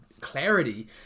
clarity